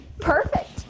perfect